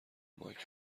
مایک